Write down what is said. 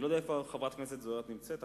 אני לא יודע איפה חברת הכנסת זוארץ נמצאת עכשיו,